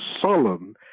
solemn